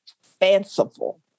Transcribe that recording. fanciful